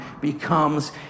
becomes